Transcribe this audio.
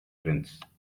prince